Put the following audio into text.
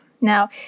Now